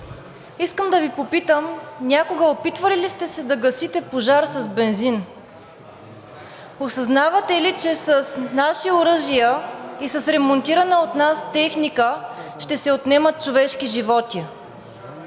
искам да Ви попитам някога опитвали ли сте се да гасите пожар с бензин? Осъзнавате ли, че с наши оръжия и с ремонтирана от нас техника ще се отнемат човешки животи?